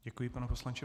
Děkuji, pane poslanče.